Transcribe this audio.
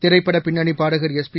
திரைப்பட பின்னணிப் பாடகர் எஸ்பி